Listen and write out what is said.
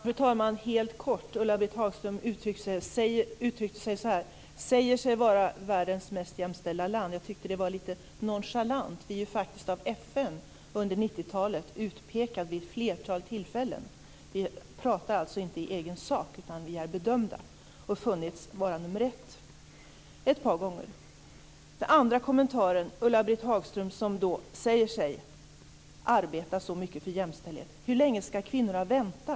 Fru talman! Helt kort vill jag säga att Ulla-Britt Hagström uttrycker sig så här: Sverige säger sig vara världens mest jämställda land. Jag tyckte att det var lite nonchalant. Vi har faktiskt pekats ut av FN under 90-talet vid ett flertal tillfällen. Vi pratar alltså inte i egen sak, utan vi är bedömda. Vi har befunnits vara nummer 1 ett par gånger. Ulla-Britt Hagström säger sig arbeta så mycket för jämställdhet. Hur länge ska kvinnorna vänta?